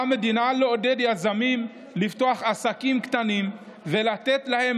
על המדינה לעודד יזמים לפתוח עסקים קטנים ולתת להם